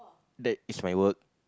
that is my work